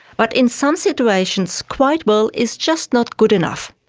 but in some situations quite well is just not good enough.